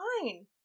fine